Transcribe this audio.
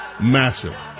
Massive